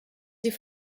sie